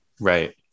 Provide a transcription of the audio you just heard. Right